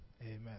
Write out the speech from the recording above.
Amen